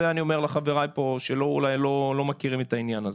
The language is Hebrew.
זה אני אומר לחבריי פה שאולי לא מכירים את העניין הזה.